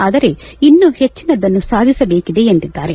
ಆದರೆ ಇನ್ನೂ ಹೆಚ್ಚಿನದ್ದನ್ನು ಸಾಧಿಸಬೇಕಿದೆ ಎಂದಿದ್ದಾರೆ